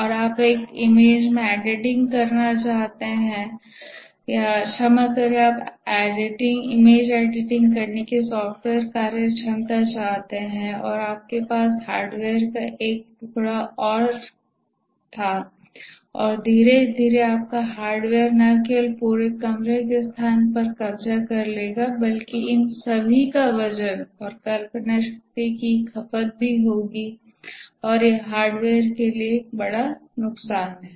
और आप एक इमेज में एडिटिंग करना चाहते है क्षमा करे आप इमेज एडिटिंग करने की सॉफ्टवेयर कार्यक्षमता चाहते हैं और आपके पास हार्डवेयर का एक और टुकड़ा था और धीरे धीरे आपका हार्डवेयर न केवल पूरे कमरे के स्थान पर कब्जा कर लेगा बल्कि इन सभी का वजन और कल्पना शक्ति की खपत भी होगी और यह हार्डवेयर के लिए एक बड़ा नुकसान है